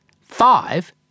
Five